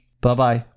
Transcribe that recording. Bye-bye